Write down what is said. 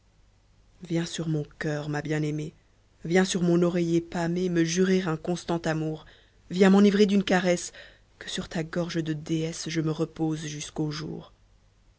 viens sur mon coeur ma bien aiméc viens sur mon oreiller pâmée me jurer un constant amour viens m'enivrer d'une caresse que sur ta gorge de déesse je me repose jusqu'au jour